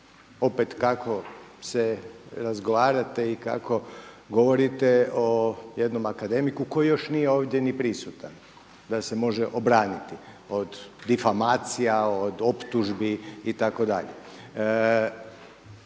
opet kako se razgovarate i kako govorite o jednom akademiku koji nije još ovdje ni prisutan da se može obraniti od difamacija, od optužbi itd..